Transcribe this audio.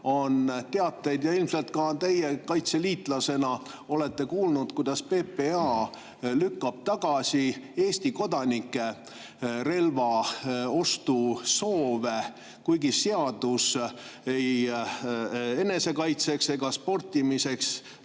enam teateid ja ilmselt ka teie kaitseliitlasena olete kuulnud, kuidas PPA lükkab tagasi Eesti kodanike relvaostusoove, kuigi seadus ei keela mitme relva olemasolu